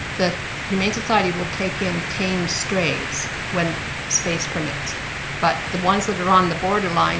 the humane society will take in tame strays when space permits but the ones that are on the borderline